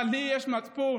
אבל לי יש מצפון.